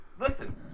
listen